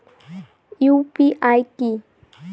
UPI কি?